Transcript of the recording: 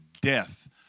death